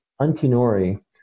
Antinori